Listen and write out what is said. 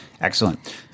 Excellent